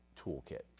toolkit